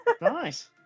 nice